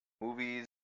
movies